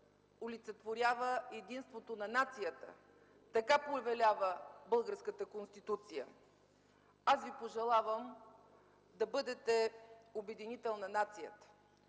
олицетворява единството на нацията. Така повелява българската Конституция. Аз Ви пожелавам да бъдете обединител на нацията.